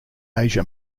asia